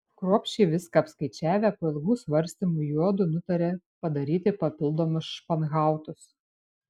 kruopščiai viską apskaičiavę po ilgų svarstymų juodu nutarė padaryti papildomus španhautus